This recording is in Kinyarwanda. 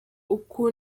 uku